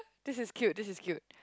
this is cute this is cute